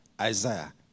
Isaiah